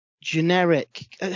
generic